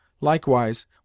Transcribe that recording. Likewise